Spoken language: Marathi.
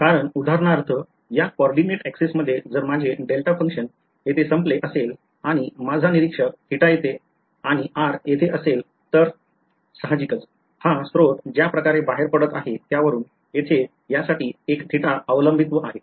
कारण उदाहरणार्थ या coordinate aixs मध्ये जर माझे डेल्टा फंक्शन येथे संपले असेल आणि माझा निरीक्षक येथे आणि r येथे असेल तर साहजिकच हा स्त्रोत ज्या प्रकारे बाहेर पडत आहे त्यावरून येथे यासाठी एक थीटा अवलंबित्व आहे